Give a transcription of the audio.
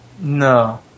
no